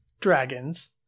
dragons